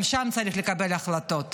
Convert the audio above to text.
גם שם צריך לקבל החלטות.